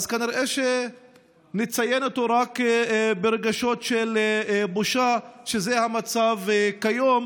רק כנראה שנציין אותו ברגשות של בושה על שזה המצב כיום.